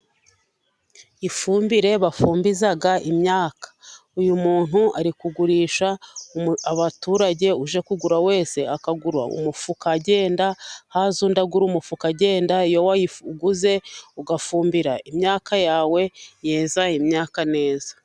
Ifumbire bafumbiza imyaka Uyu muntu ari kugurisha abaturage, uje kugura wese akagura umufuka, agenda haza undi agura umufuka agenda. Iyo iyo wayiguguze ugafumbira imyaka yawe yeza imyaka neza.